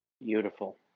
Beautiful